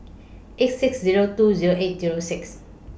eight six Zero two Zero eight Zero six